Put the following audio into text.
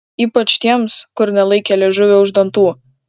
ypač tiems kur nelaikė liežuvio už dantų